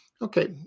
Okay